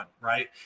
right